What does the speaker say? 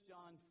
John